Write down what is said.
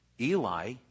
Eli